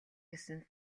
гэсэн